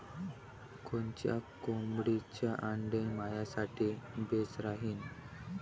कोनच्या कोंबडीचं आंडे मायासाठी बेस राहीन?